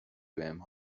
بهم